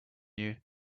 you